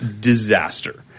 disaster